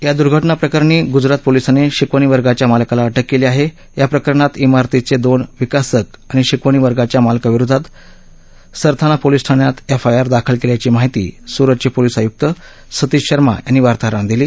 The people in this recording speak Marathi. या दुर्घटनक्रिरणी गुजरात पोलिसांनी शिकवणी वर्गाच्या मालकाला अटक क्ली आह आप्रकरणात इमारतीचविन विकासक आणि शिकवणी वर्गाच्या मालकाविरोधात सरथाना पोलिस ठाण्यात एफआयआर दाखल कल्प्राची माहिती सुरतच प्रालिस आयुक्त सतीश शर्मा यांनी वार्ताहारांना दिली